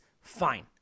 fine